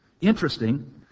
Interesting